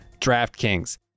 DraftKings